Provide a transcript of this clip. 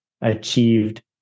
achieved